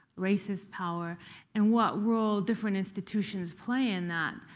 races power and what role different institutions play in that.